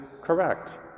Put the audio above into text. correct